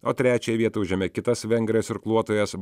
o trečiąją vietą užėmė kitas vengras irkluotojas